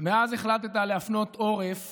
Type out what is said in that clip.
מאז החלטת להפנות עורף